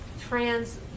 trans